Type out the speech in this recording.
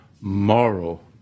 moral